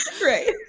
Right